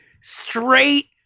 straight